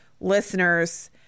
listener's